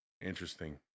Interesting